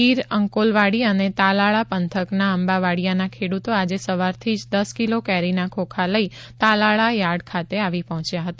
ગીર અંકોલવાડી અને તાલાળા પંથકના આંબાવાડિયાના ખેડ્રતો આજે સવારથી જ દસ કિલો કેરીના ખોખા લઈ તાલાળા યાર્ડ ખાતે આવી પહોંચ્યા હતા